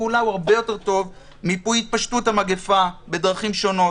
הפעולה הוא הרבה יותר טוב; מיפוי התפשטות המגפה בדרכים שונות,